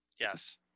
Yes